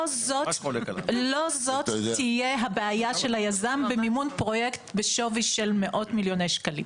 לא זאת תהיה הבעיה של היזם במימון פרויקט בשווי של מאות מיליוני שקלים.